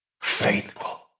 faithful